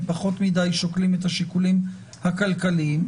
שוקלים את השיקולים הכלכליים פחות מדי.